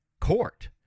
court